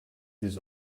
this